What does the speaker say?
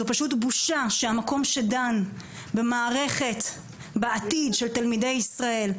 זאת פשוט בושה שהמקום שדן במערכת בעתיד של תלמידי ישראל,